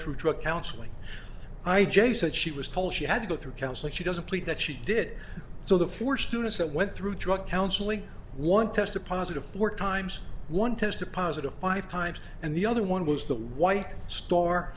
through drug counseling i j said she was told she had to go through counselling she doesn't plead that she did so the four students that went through drug counseling one tested positive four times one tested positive five times and the other one was the white star